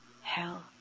hell